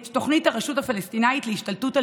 את תוכנית הרשות הפלסטינית להשתלטות על